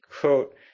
Quote